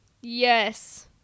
Yes